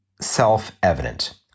self-evident